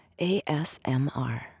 ASMR